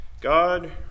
God